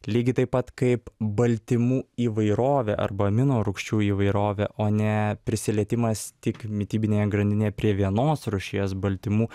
lygiai taip pat kaip baltymų įvairovė arba amino rūgščių įvairovė o ne prisilietimas tik mitybinėje grandinėje prie vienos rūšies baltymų